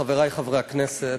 חברי חברי הכנסת,